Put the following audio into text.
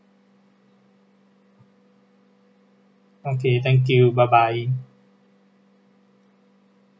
okay thank you bye bye